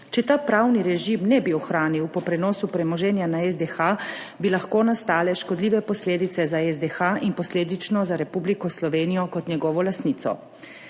se ta pravni režim ne bi ohranil po prenosu premoženja na SDH, bi lahko nastale škodljive posledice za SDH in posledično za Republiko Slovenijo kot njegovo lastnico.